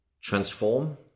transform